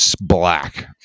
black